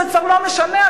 זה כבר לא משנה,